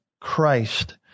Christ